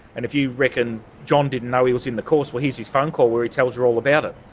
if you reckon john didn't know he was in the course, well here's his phone call where he tells you all about it,